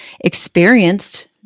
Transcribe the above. experienced